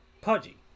pudgy